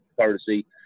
courtesy